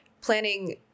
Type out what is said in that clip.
planning